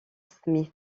smith